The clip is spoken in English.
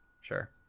Sure